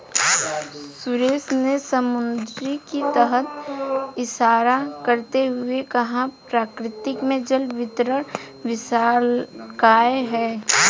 सुरेश ने समुद्र की तरफ इशारा करते हुए कहा प्रकृति में जल वितरण विशालकाय है